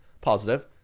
positive